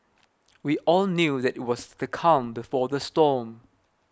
we all knew that it was the calm before the storm